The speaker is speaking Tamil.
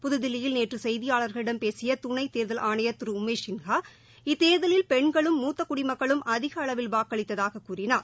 புதுதில்லியில் நேற்றுசெய்தியார்களிடம் பேசியதுணைத் தேர்தல் ஆணையர் திருஉமேஷ் சின்ஹா இத்தேர்தலில் பெண்களும் மூத்தகுடிமக்களும் அதிகஅளவில் வாக்களித்ததாககூறினார்